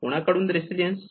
कोणाकडून रेसिलियन्स